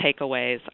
takeaways